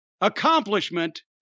accomplishment